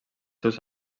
seus